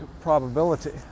probability